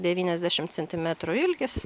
devyniasdešimt centimetrų ilgis